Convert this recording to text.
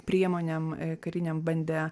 priemonėm karinėm bandė